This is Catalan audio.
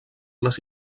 les